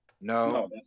No